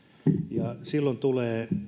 ja silloin tulee